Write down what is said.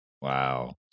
wow